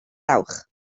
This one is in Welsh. dawch